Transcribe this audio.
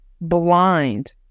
blind